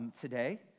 Today